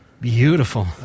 Beautiful